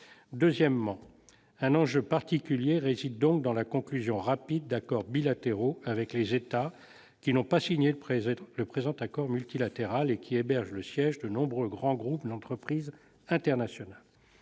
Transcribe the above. Deuxièmement, un enjeu particulier réside dans la conclusion rapide d'accords bilatéraux avec les États qui n'ont pas signé le présent accord multilatéral et qui hébergent le siège de nombreux grands groupes d'entreprises internationales.